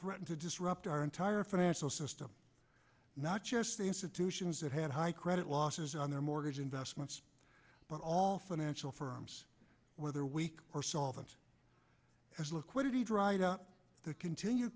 threaten to disrupt our entire financial system not just the institutions that had high credit losses on their mortgage investments but all financial firms whether weak or solvent as liquidity dried up the continue